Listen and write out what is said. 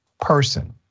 person